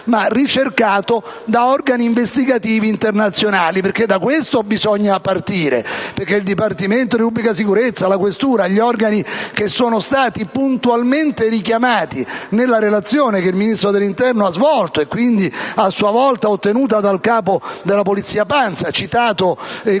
ma è ricercato da organi investigativi internazionali. Da questo, infatti, bisogna partire: il dipartimento di pubblica sicurezza, la questura, gli organi che sono stati puntualmente richiamati nella relazione che il Ministro dell'interno ha svolto (e che a sua volta egli ha ottenuto dal capo della Polizia Pansa, citato